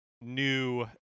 new